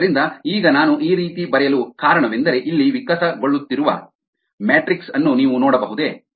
ಆದ್ದರಿಂದ ಈಗ ನಾನು ಈ ರೀತಿ ಬರೆಯಲು ಕಾರಣವೆಂದರೆ ಇಲ್ಲಿ ವಿಕಾಸಗೊಳ್ಳುತ್ತಿರುವ ಮ್ಯಾಟ್ರಿಕ್ಸ್ ಅನ್ನು ನೀವು ನೋಡಬಹುದೇ